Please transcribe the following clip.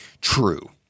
true